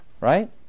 right